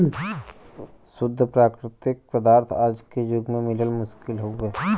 शुद्ध प्राकृतिक पदार्थ आज के जुग में मिलल मुश्किल हउवे